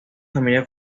familia